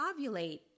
ovulate